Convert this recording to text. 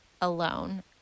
alone